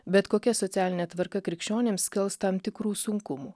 bet kokia socialinė tvarka krikščionims kels tam tikrų sunkumų